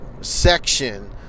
section